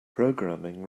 programming